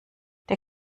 der